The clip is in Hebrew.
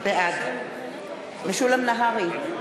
בעד משולם נהרי,